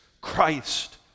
Christ